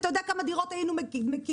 אתה יודע כמה דירות היינו מקימים?